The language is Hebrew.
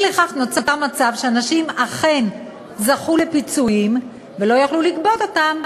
אי לכך נוצר מצב שאנשים אכן זכו לפיצויים ולא יכלו לגבות אותם,